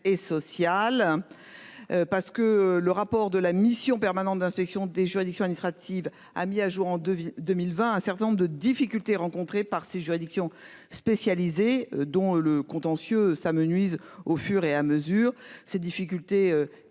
et sociale. Parce que le rapport de la mission permanente d'inspection des juridictions initiative a mis à jour en 2020, un certain nombre de difficultés rencontrées par ces juridictions spécialisées dont le contentieux s'amenuise au fur et à mesure ces difficultés